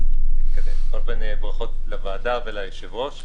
בכל אופן ברכות לוועדה וליושב-ראש,